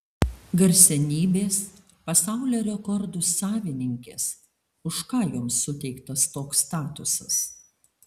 garsenybės pasaulio rekordų savininkės už ką joms suteiktas toks statusas